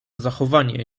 zachowanie